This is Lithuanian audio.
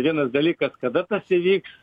vienas dalykas kada tas įvyks